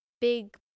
big